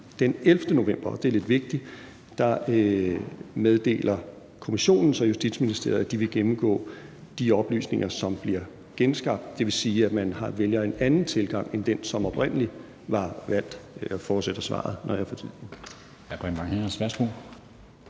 Den 11. november – og det er lidt vigtigt – meddeler kommissionen så Justitsministeriet, at de vil gennemgå de oplysninger, som bliver genskabt. Det vil sige, at man vælger en anden tilgang end den, som oprindelig var valgt. Jeg fortsætter svaret, når jeg får tiden.